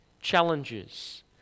challenges